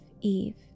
Eve